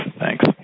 Thanks